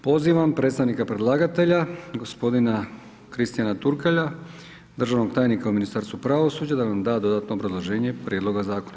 Pozivam predstavnika predlagatelja, gospodina Kristijana Turkalja, državnog tajnika u Ministarstvu pravosuđa da nam da dodatno obrazloženje prijedloga zakona.